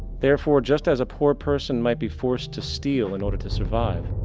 therefore, just as a poor person might be forced to steal in order to survive,